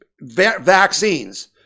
vaccines